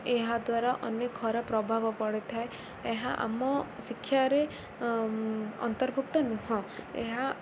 ଏହାଦ୍ୱାରା ଅନେକ ଖରା ପ୍ରଭାବ ପଡ଼ିଥାଏ ଏହା ଆମ ଶିକ୍ଷାରେ ଅନ୍ତର୍ଭୁକ୍ତ ନୁହେଁ ଏହା